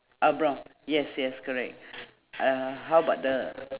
ah brown yes yes correct uh how about the